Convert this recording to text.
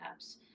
apps